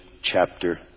chapter